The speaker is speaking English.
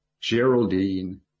Geraldine